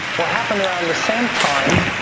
what happened around the same time,